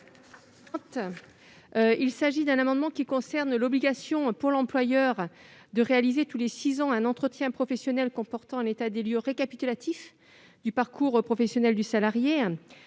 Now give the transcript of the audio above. Puissat. Cet amendement porte sur l'obligation pour l'employeur de réaliser tous les six ans un entretien professionnel comportant un état des lieux récapitulatif du parcours professionnel du salarié.